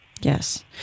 Yes